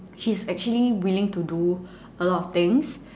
she's actually willing to do a lot of things